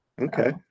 Okay